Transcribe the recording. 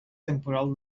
temporal